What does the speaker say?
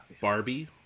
Barbie